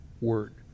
word